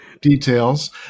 Details